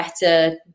better